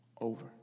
over